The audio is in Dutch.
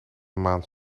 maan